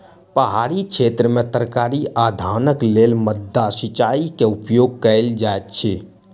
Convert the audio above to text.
पहाड़ी क्षेत्र में तरकारी आ धानक लेल माद्दा सिचाई के उपयोग कयल जाइत अछि